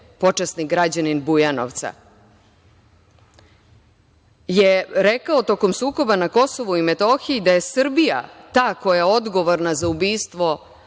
počasni građanin Bujanovca je rekao tokom sukoba na KiM da je Srbija ta koja je odgovorna za ubistvo